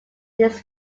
his